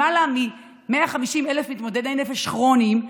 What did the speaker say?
למעלה מ-150,000 מתמודדי נפש כרוניים,